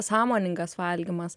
sąmoningas valgymas